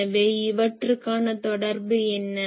எனவே இவற்றுக்கான தொடர்பு என்ன